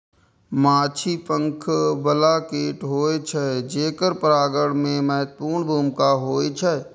माछी पंख बला कीट होइ छै, जेकर परागण मे महत्वपूर्ण भूमिका होइ छै